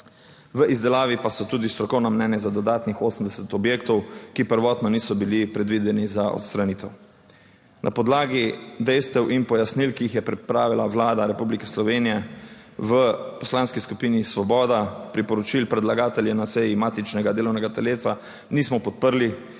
V izdelavi pa so tudi strokovna mnenja za dodatnih 80 objektov, ki prvotno niso bili predvideni za odstranitev. Na podlagi dejstev in pojasnil, ki jih je pripravila Vlada Republike Slovenije v Poslanski skupini Svoboda, priporočil predlagatelja na seji matičnega delovnega telesa nismo podprli,